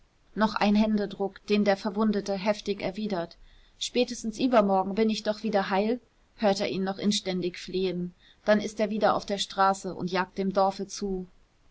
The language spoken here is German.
noch ein händedruck den der verwundete heftig erwidert spätestens übermorgen bin ich doch wieder heil hört er ihn noch inständig flehen dann ist er wieder auf der straße und jagt dem dorfe zu